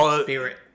spirit